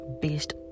based